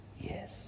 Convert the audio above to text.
yes